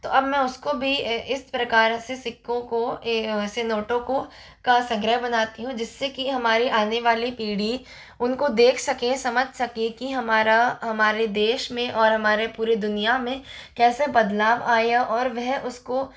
तो अब मैं उसको भी इस प्रकार से सिक्कों को ऐसे नोटों को का संग्रह बनाती हूँ जिससे कि हमारे आने वाली पीढ़ी उनको देख सके समझ सके कि हमारा हमारे देश में और हमारे पूरे दुनिया में कैसे बदलाव आया और वह उसको